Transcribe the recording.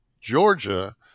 Georgia